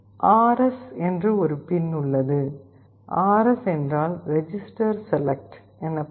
RS என்று ஒரு pin உள்ளது ஆர்எஸ் என்றால் ரெஜிஸ்டர் செலக்ட் எனப்படும்